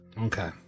Okay